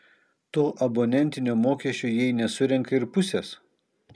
to abonentinio mokesčio jei nesurenka ir pusės